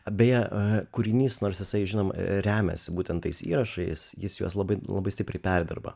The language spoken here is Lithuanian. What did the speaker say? bėje kūrinys nors jisai žinoma remiasi būtent tais įrašais jis juos labai labai stipriai perdirba